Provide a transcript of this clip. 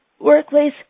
workplace